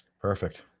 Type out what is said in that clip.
Perfect